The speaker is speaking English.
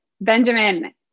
Benjamin